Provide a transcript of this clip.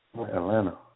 Atlanta